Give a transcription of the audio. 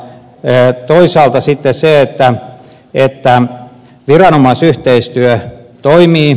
näyttelyssä on sitten se että toisaalta viranomaisyhteistyö toimii